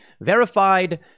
verified